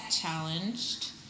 challenged